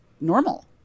normal